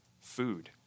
food